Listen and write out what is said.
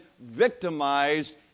victimized